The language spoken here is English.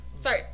Sorry